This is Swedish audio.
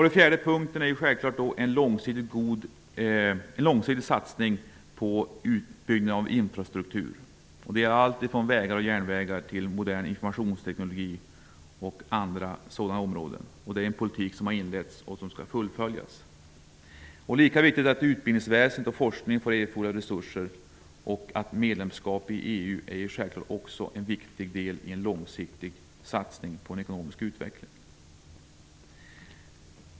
Den fjärde komponenten är en långsiktig satsning på utbyggd infrastruktur, alltifrån vägar och järnvägar till modern informationsteknologi och andra liknande områden. En sådan politik har inletts och skall fullföljas. Lika viktigt är det att utbildningsväsende och forskning får erforderliga resurser. Ett medlemskap i EU är självklart också en viktig del i en långsiktig satsning på en ekonomisk utveckling.